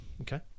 Okay